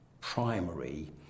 primary